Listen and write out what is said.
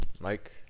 Mike